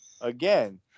again